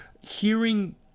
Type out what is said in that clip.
hearing